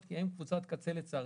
זה כי הם קבוצת קצה לצערנו.